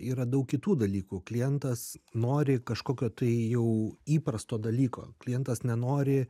yra daug kitų dalykų klientas nori kažkokio tai jau įprasto dalyko klientas nenori